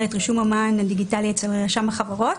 את רישום המען הדיגיטלי אצל רשם החברות.